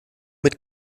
mit